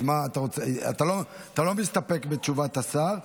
אתה לא מסתפק בתשובת השר.